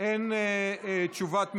אין תשובת ממשלה,